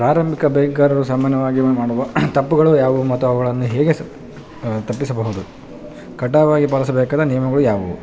ಪ್ರಾರಂಭಿಕ ಬೈಕ್ಗಾರರು ಸಾಮಾನ್ಯವಾಗಿ ಮಾಡುವ ತಪ್ಪುಗಳು ಯಾವುವು ಮತ್ತು ಅವುಗಳನ್ನು ಹೇಗೆ ಸಹ ತಪ್ಪಿಸಬಹುದು ಕಡ್ಡಾಯವಾಗಿ ಪಾಲಿಸಬೇಕಾದ ನಿಯಮಗಳು ಯಾವುವು